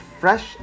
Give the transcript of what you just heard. fresh